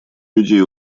людей